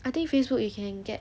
I think facebook you can get